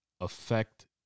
affect